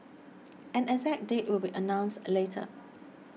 an exact date will be announced later